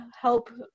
help